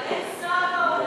אבל אין שר באולם.